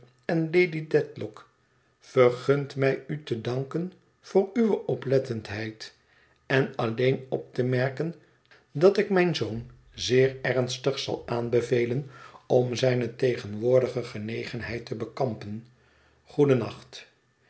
en lady dedlock vergunt mij u te danken voor uwe oplettendheid en alleen op te merken dat ik mijn zoon zeer ernstig zal aanbevelen om zijne tegenwoordige genegenheid te bekampen